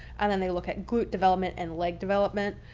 and then they look at glute development and leg development.